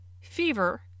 fever